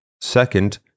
Second